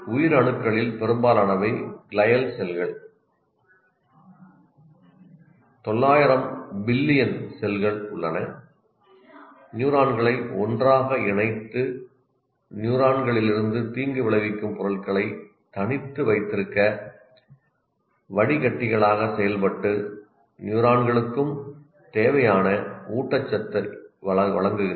உயிரணுக்களில் பெரும்பாலானவை கிளைல் செல்கள் 900 பில்லியன் செல்கள் உள்ளன நியூரான்களை ஒன்றாக இணைத்து நியூரான்களிலிருந்து தீங்கு விளைவிக்கும் பொருள்களை தனித்து வைத்திருக்க வடிகட்டிகளாக செயல்பட்டு நியூரான்களுக்கும் தேவையான ஊட்டச்சத்தை வழங்குகின்றன